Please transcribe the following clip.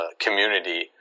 community